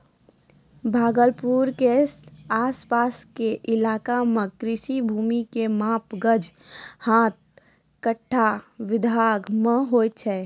भागलपुर के आस पास के इलाका मॅ कृषि भूमि के माप गज, हाथ, कट्ठा, बीघा मॅ होय छै